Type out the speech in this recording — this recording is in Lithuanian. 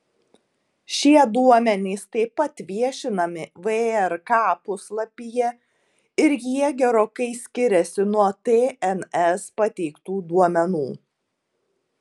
šie duomenys taip pat viešinami vrk puslapyje ir jie gerokai skiriasi nuo tns pateiktų duomenų